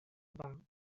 about